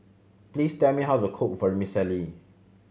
please tell me how to cook Vermicelli